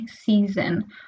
season